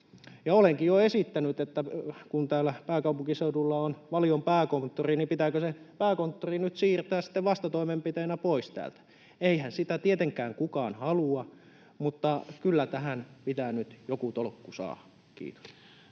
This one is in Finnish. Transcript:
Olenkin jo esittänyt, että kun täällä pääkaupunkiseudulla on Valion pääkonttori, niin pitääkö se pääkonttori nyt siirtää sitten vastatoimenpiteenä pois täältä. Eihän sitä tietenkään kukaan halua, mutta kyllä tähän pitää nyt joku tolkku saada. — Kiitos.